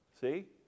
See